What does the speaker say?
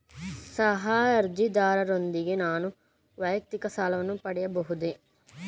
ಸಹ ಅರ್ಜಿದಾರರೊಂದಿಗೆ ನಾನು ವೈಯಕ್ತಿಕ ಸಾಲವನ್ನು ಪಡೆಯಬಹುದೇ?